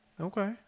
okay